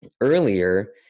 earlier